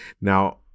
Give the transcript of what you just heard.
Now